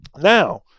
now